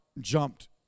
jumped